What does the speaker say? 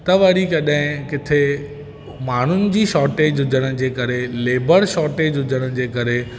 त वरी कॾहिं किथे माण्हूनि जी शौर्टेज हुजण जे करे लेबर शौर्टेज हुजण जे करे